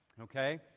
okay